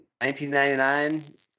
1999